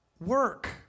work